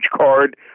card